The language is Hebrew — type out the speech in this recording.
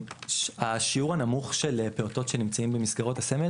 השיעור הנמוך של פעוטות שנמצאות במסגרות הסמל